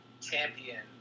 champion